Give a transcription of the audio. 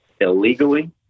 illegally